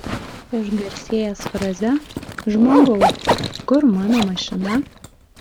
išgarsėjęs fraze žmogau kur mano mašina